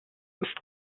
ist